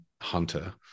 hunter